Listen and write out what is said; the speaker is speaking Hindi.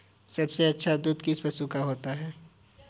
सबसे अच्छा दूध किस पशु का होता है?